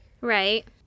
Right